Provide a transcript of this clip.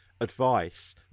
advice